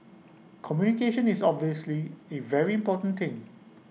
communication is obviously A very important thing